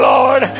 Lord